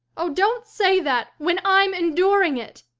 oh, don't say that when i'm enduring it!